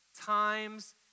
times